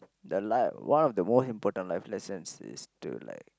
the la~ one of the most important life lessons is to like